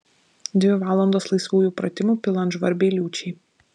dvi valandos laisvųjų pratimų pilant žvarbiai liūčiai